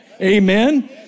amen